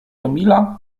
emila